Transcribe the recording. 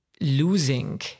losing